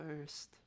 first